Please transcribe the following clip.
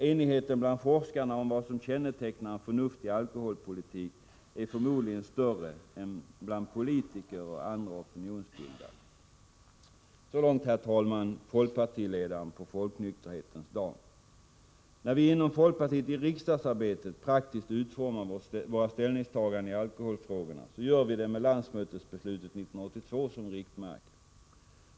Enigheten bland forskarna om vad som kännetecknar en förnuftig alkoholpolitik är förmodligen större än bland politiker och andra opinionsbildare. Så långt, herr talman, folkpartiledaren på Folknykterhetens dag. När vi inom folkpartiet i riksdagsarbetet praktiskt utformar våra ställningstaganden i alkoholfrågorna, gör vi det med landsmötesbeslutet 1982 som riktmärke.